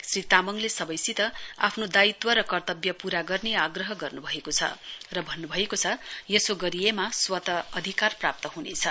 श्री तामङले सवैसित आफ्नो दायित्व र कर्तव्य पूरा गर्ने आग्रह गर्नुभएको छ र भन्नुभएको छ यसो गरिएमा स्वत अधिकार प्राप्त हुनेछ